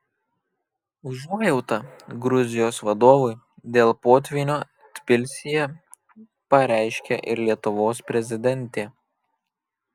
užuojautą gruzijos vadovui dėl potvynio tbilisyje pareiškė ir lietuvos prezidentė